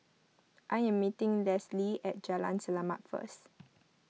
I am meeting Leslee at Jalan Selamat first